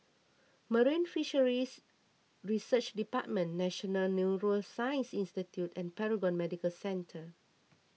Marine Fisheries Research Department National Neuroscience Institute and Paragon Medical Centre